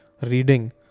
reading